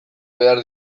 behar